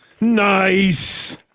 Nice